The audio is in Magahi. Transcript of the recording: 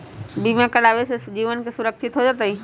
बीमा करावे से जीवन के सुरक्षित हो जतई?